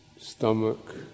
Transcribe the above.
stomach